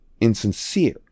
insincere